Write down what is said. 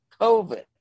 COVID